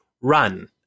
run